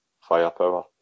firepower